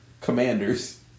commanders